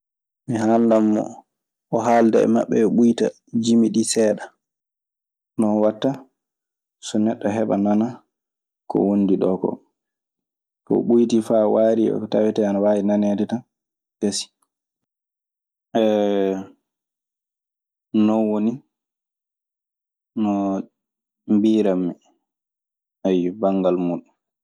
Mi haalnan mo, o haalda e maɓɓe, ɓe ɓuyta jimi ɗii seeɗa. Non waɗta so neɗɗo heɓa nana ko o wondi ɗoo koo. So o ɓuytii faa waarii e ko tawetee ana waawi naneede tan, gasii. Non woni no mbiirammi. Ayyo, banngal mun.